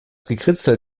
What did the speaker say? gekritzel